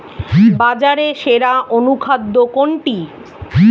বাজারে সেরা অনুখাদ্য কোনটি?